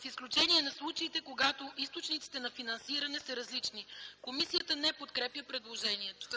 „с изключение на случаите, когато източниците на финансиране са различни”.” Комисията не подкрепя предложението.